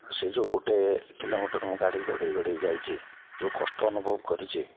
ସେ ଯେଉଁ ଗୋଟେ କିଲୋମିଟର୍ ମୁଁ ଗାଡ଼ି ଗଡ଼େଇ ଗଡ଼େଇ ଯାଇଛି ଯେଉଁ କଷ୍ଟ ଅନୁଭବ କରିଛି